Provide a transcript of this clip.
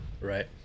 Right